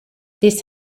this